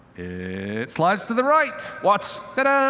it slides to the right. watch, tah-dah!